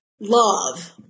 Love